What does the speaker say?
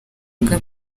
bwa